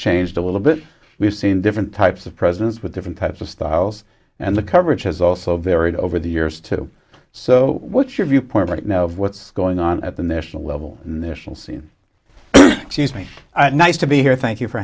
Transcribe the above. changed a little bit we've seen different types of presidents with different types of styles and the coverage has also varied over the years to so what's your viewpoint right now of what's going on at the national level initial scene she's nice to be here thank you for